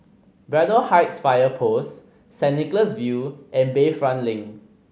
Braddell Heights Fire Post Saint Nicholas View and Bayfront Link